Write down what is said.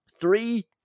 three